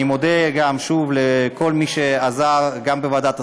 אני מודה שוב לכל מי שעזר, גם בוועדת השרים,